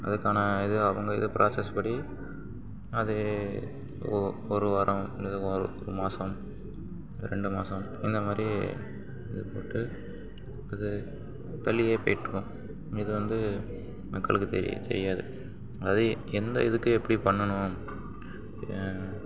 அதுக்கான இது அவங்க இது ப்ராசஸ் படி அது ஒரு வாரம் இல்லை ஒரு மாசம் இல்லை ரெண்டு மாசம் இந்த மாதிரி இது போட்டு இது தள்ளியே போய்ட்ருக்கும் இது வந்து மக்களுக்கு தெரியாது அது எந்த இதுக்கு எப்படி பண்ணணும்